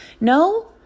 no